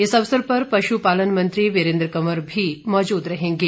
इस अवसर पर पश्पालन मंत्री वीरेंद्र कंवर भी मौजूद रहेंगे